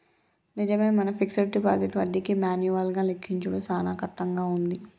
నిజమే మన fixed deposit వడ్డీకి మాన్యువల్ గా లెక్కించుడు సాన కట్టంగా ఉంది